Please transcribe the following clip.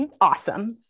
awesome